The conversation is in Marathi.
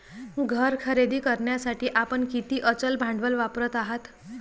घर खरेदी करण्यासाठी आपण किती अचल भांडवल वापरत आहात?